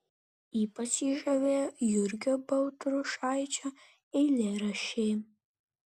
ypač jį žavėjo jurgio baltrušaičio eilėraščiai